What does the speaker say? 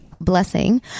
blessing